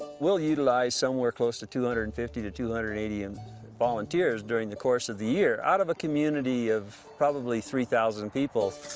we'll utilize somewhere close to two hundred and fifty to two hundred and eighty and volunteers during the course of the year, out of a community of probably three thousand people.